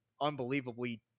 unbelievably